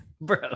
bro